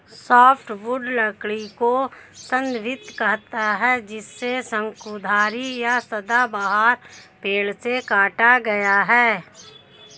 softwood लकड़ी को संदर्भित करता है जिसे शंकुधारी या सदाबहार पेड़ से काटा गया है